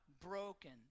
broken